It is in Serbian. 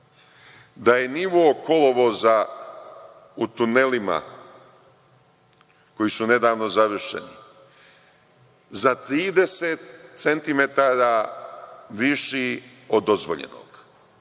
da je nivo kolovoza u tunelima koji su nedavno završeni za 30 centimetara viši od dozvoljenog